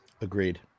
Agreed